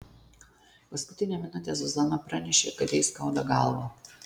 paskutinę minutę zuzana pranešė kad jai skauda galvą